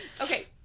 Okay